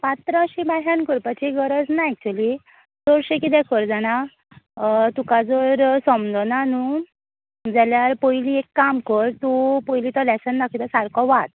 पात्रां अशी बायहाड करपाची गरज ना एक्चुली चडशें किदें कर जाणां तुका जर समजना नूं जाल्यार पयली एक काम कर तूं पयली तो लॅसन दाखयता सारको वाच